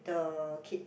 the kid